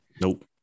Nope